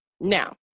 now